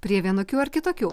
prie vienokių ar kitokių